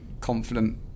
confident